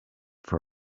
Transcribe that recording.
for